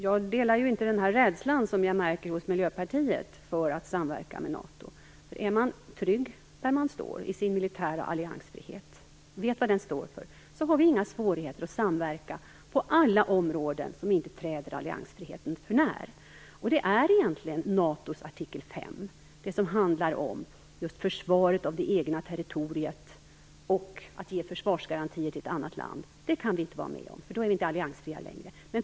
Jag delar inte den rädsla som jag märker hos Miljöpartiet för att samverka med NATO. Är vi trygga i vår militära alliansfrihet och vet vad den står för, har vi inga svårigheter att samverka på alla de områden som inte träder alliansfriheten för när. Hindret är egentligen NATO:s artikel 5, som handlar om försvaret av det egna territoriet och att ge försvarsgarantier till ett annat land. Det kan vi inte vara med om, för då är vi inte längre alliansfria.